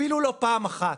אפילו לא פעם אחת.